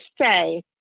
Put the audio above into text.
say